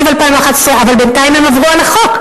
2011. אבל בינתיים הם עברו על החוק.